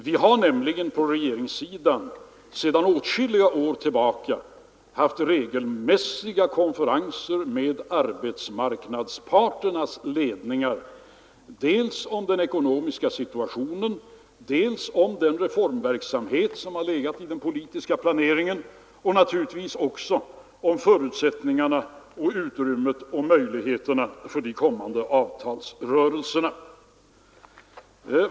Vi har nämligen på regeringshåll sedan åtskilliga år tillbaka haft regelmässiga konferenser med arbetsmarknadsparternas ledningar, dels om den ekonomiska situationen, dels om den reformverksamhet som legat i den politiska planeringen, dels naturligvis också om förutsättningarna, utrymmet och möjligheterna för de kommande avtalsrörelserna.